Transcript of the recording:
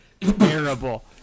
terrible